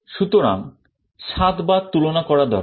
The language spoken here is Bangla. সুতরাং সাত বার তুলনা করা দরকার